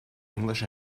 english